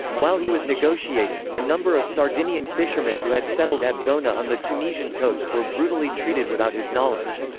while he was negotiating, a number of sardinian fishermen who had settled at bona on the tunisian coast were brutally treated without his knowledge.